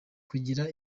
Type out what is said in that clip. kugira